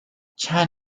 chan